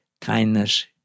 kindness